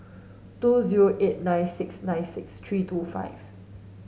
two zero eight nine six nine six three two five